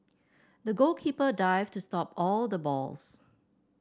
the goalkeeper dived to stop all the balls